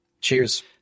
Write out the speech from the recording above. Cheers